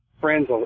friends